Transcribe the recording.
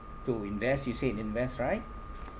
to invest you said invest right